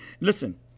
Listen